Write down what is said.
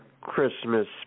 Christmas